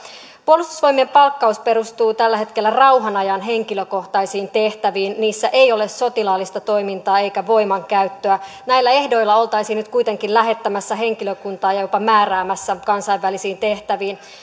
puolustusvoimien palkkaus perustuu tällä hetkellä rauhanajan henkilökohtaisiin tehtäviin niissä ei ole sotilaallista toimintaa eikä voimankäyttöä näillä ehdoilla oltaisiin nyt kuitenkin lähettämässä ja jopa määräämässä henkilökuntaa kansainvälisiin tehtäviin